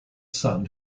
son